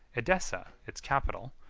edessa, its capital,